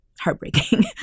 Heartbreaking